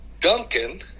Duncan